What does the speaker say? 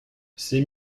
c’est